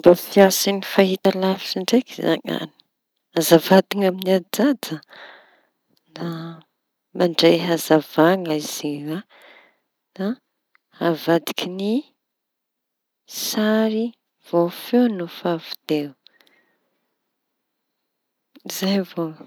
Ny fomba fiasa ny fahita lavitsy ndraiky zañy hazavanteña amy ajaja. Mandray hazavaizy iñy an da avadiky ny sary vao feo no fa avy teo zay avao.